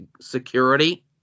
security